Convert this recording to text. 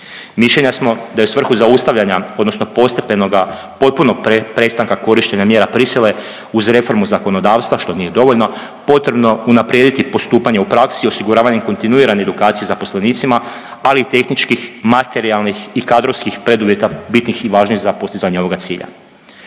Mišljenja smo da je u svrhu zaustavljanja odnosno postepenoga potpunog prestanka korištenja mjera prisile uz reformu zakonodavstva što nije dovoljno potrebno unaprijediti postupanje u praksi, osiguravanje kontinuirane edukacije zaposlenicima, ali i tehničkih, materijalnih i kadrovskih preduvjeta bitnih i važnih za postizanje ovoga cilja.